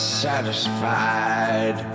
satisfied